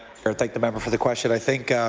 thank the member for the question. i think